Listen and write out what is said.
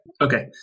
okay